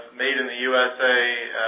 made-in-the-USA